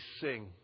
sing